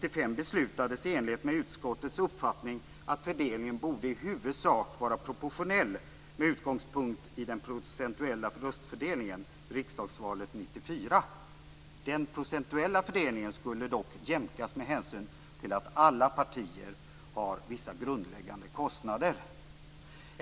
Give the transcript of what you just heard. Inför Den procentuella fördelningen skulle dock jämkas med hänsyn till att alla partier har vissa grundläggande kostnader.